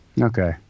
Okay